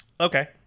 Okay